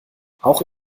auch